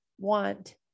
want